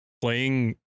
playing